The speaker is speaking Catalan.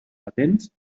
patents